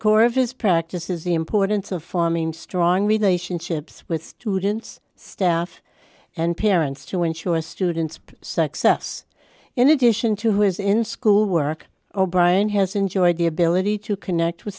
core of his practice is the importance of farming strong relationships with students staff and parents to ensure a student's success in addition to who is in schoolwork o'brien has enjoyed the ability to connect with